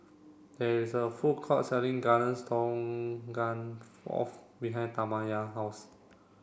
there is a food court selling Garden Stroganoff behind Tamya house